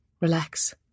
relax